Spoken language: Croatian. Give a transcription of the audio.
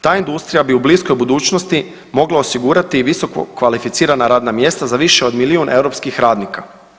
Ta industrija bi u bliskoj budućnosti mogla osigurati i visokokvalificirana radna mjesta za više od milijun europskih radnika.